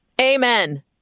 amen